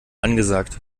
angesagt